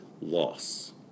loss